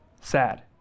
sad